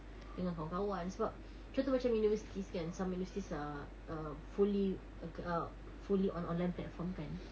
dengan kawan-kawan sebab tengok macam universities kan some universities are err fully err ke~ fully on online platform kan